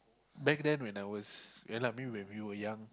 back then when I was ya lah I mean when we were young